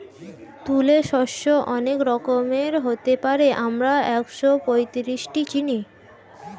তুলে শস্য অনেক রকমের হতে পারে, আমরা একশোপঁয়ত্রিশটি চিনি